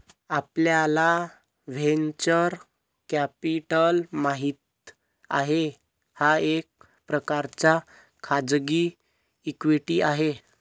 आपल्याला venture capital माहित आहे, हा एक प्रकारचा खाजगी इक्विटी आहे